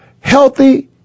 healthy